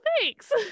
thanks